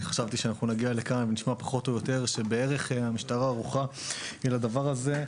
אני חשבתי שאנחנו נגיע לכאן ונשמע שהמשטרה פחות או יותר ערוכה לדבר הזה.